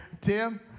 Tim